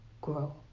Grow